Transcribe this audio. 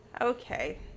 okay